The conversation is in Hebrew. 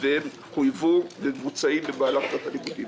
והן חויבו ומבוצעות במהלך שנת הלימודים.